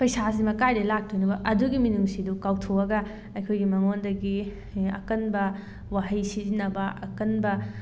ꯄꯩꯁꯥꯁꯤꯅ ꯀꯥꯏꯗꯩ ꯂꯥꯛꯇꯣꯏꯅꯣꯕ ꯑꯗꯨꯒꯤ ꯃꯤꯅꯨꯡꯁꯤꯗꯨ ꯀꯥꯎꯊꯣꯛꯑꯒ ꯑꯩꯈꯣꯏꯒꯤ ꯃꯉꯣꯟꯗꯒꯤ ꯑꯀꯟꯕ ꯋꯥꯍꯩ ꯁꯤꯖꯤꯟꯅꯕ ꯑꯀꯟꯕ